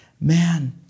man